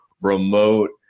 remote